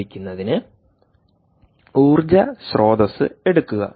ആരംഭിക്കുന്നതിന് ഊർജ്ജ സ്രോതസ്സ് എടുക്കുക